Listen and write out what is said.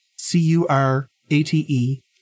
C-U-R-A-T-E